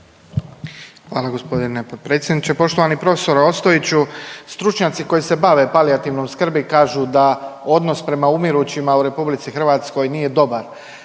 Hvala g. potpredsjedniče. Poštovani prof. Ostojiću, stručnjaci koji se bave palijativnom skrbi kažu da odnos prema umirućima u RH nije dobar